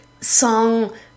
song